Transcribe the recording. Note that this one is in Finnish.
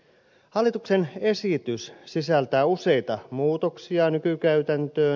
hallituksen esitys sisältää useita muutoksia nykykäytäntöön